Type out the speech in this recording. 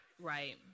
right